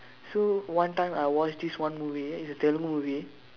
so one time I watched this one movie it's a Tamil movie